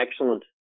excellent